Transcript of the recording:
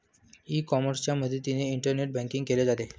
E कॉमर्सच्या मदतीने internet banking केले जाते